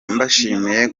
mbashimiye